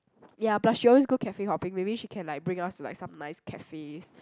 ya plus she always go cafe hoping maybe she can like bring us to like some nice cafes